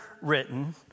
written